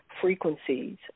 frequencies